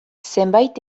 zenbait